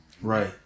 Right